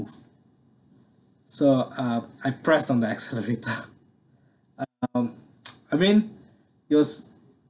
so uh I pressed on the accelerator um I mean it was